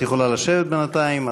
את יכולה לשבת בינתיים.